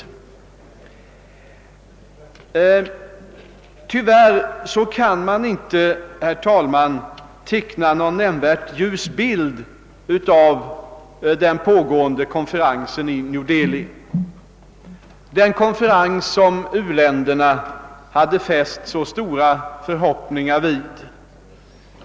Men tyvärr kan man inte, herr talman, teckna någon nämnvärt ljus bild av den pågående konferensen i New Delhi, den konferens som u-länderna hade fäst så stora förhoppningar vid.